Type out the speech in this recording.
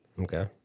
Okay